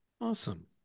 awesome